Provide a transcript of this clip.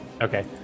Okay